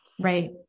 Right